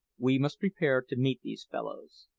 we must prepare to meet these fellows.